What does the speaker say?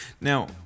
Now